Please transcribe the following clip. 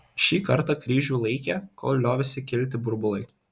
šį kartą kryžių laikė kol liovėsi kilti burbulai